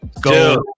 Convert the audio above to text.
Go